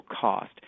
cost